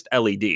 LED